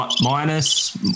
Minus